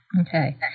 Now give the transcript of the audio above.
Okay